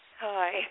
Hi